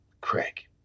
Craig